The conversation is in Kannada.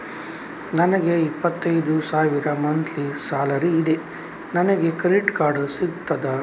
ನನಗೆ ಇಪ್ಪತ್ತೈದು ಸಾವಿರ ಮಂತ್ಲಿ ಸಾಲರಿ ಇದೆ, ನನಗೆ ಕ್ರೆಡಿಟ್ ಕಾರ್ಡ್ ಸಿಗುತ್ತದಾ?